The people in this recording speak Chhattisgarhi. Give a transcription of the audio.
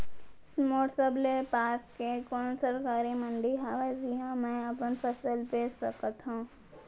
मोर सबले पास के कोन सरकारी मंडी हावे जिहां मैं अपन फसल बेच सकथव?